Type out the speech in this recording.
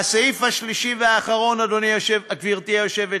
והסעיף השלישי והאחרון, אדוני היושב-ראש,